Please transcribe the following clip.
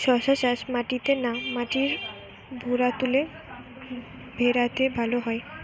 শশা চাষ মাটিতে না মাটির ভুরাতুলে ভেরাতে ভালো হয়?